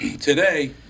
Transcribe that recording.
Today